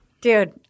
Dude